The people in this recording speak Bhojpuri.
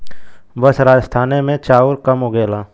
बस राजस्थाने मे चाउर कम उगेला